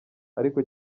ariko